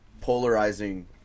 polarizing